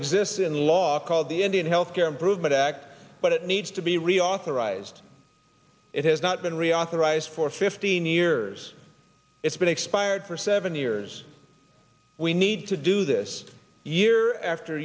exists in the law called the indian health care improvement act but it needs to be reauthorized it has not been reauthorized for fifteen years it's been expired for seven years we need to do this year after